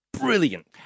brilliant